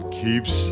keeps